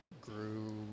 grew